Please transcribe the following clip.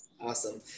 Awesome